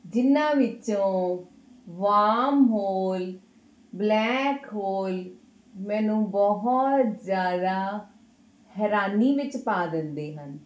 ਜਿਨ੍ਹਾਂ ਵਿੱਚੋਂ wormhole black hole ਮੈਨੂੰ ਬਹੁਤ ਜ਼ਿਆਦਾ ਹੈਰਾਨੀ ਵਿੱਚ ਪਾ ਦਿੰਦੇ ਹਾਂ